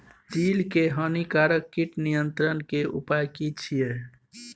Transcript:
तिल के हानिकारक कीट नियंत्रण के उपाय की छिये?